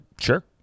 Sure